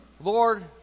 Lord